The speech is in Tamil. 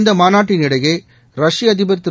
இந்த மாநாட்டினிடையே ரஷ்ய அதிபர் திரு